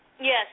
Yes